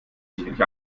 sicherlich